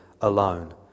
alone